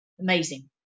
Amazing